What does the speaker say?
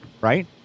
right